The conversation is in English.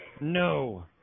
No